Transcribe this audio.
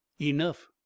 enough